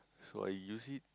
so I use it